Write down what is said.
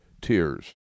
tears